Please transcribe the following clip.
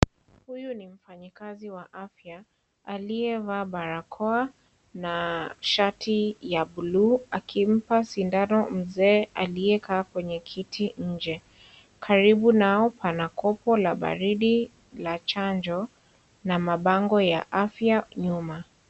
Huyu ni mfanyikazi wa afya aliyevaa barakoa, na shati ya buluu, akimpa sindano mzee aliyekaa kwenye kiti inje. Karibu nao pana kopo la baridi la chanjo, na mabango ya afya nyuma.